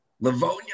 Livonia